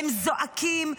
הם זועקים,